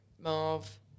marv